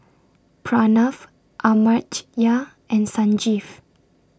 Pranav Amartya and Sanjeev